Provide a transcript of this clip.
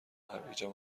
هویجم